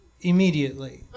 immediately